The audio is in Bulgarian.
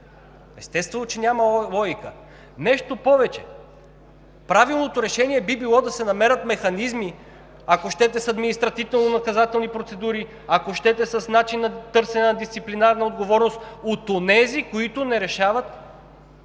Естествено е, че няма логика. Нещо повече, правилното решение би било да се намерят механизми – ако щете с административнонаказателни процедури, ако щете с начина на търсене на дисциплинарна отговорност от онези, които не решават